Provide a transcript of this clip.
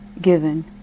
given